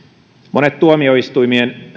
monet tuomioistuimien